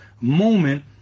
moment